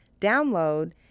download